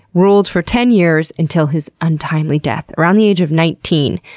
ruled for ten years until his untimely death around the age of nineteen.